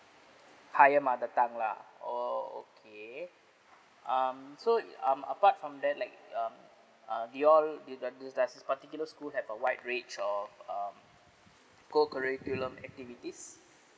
higher mother tongue lah oh okay um so it um apart from that like uh uh do you all did that is there's particular school have a wide range of uh curriculum activities